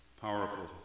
powerful